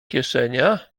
kieszeniach